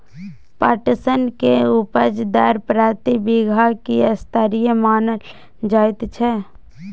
पटसन के उपज दर प्रति बीघा की स्तरीय मानल जायत छै?